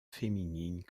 féminines